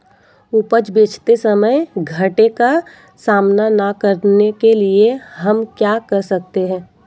उपज बेचते समय घाटे का सामना न करने के लिए हम क्या कर सकते हैं?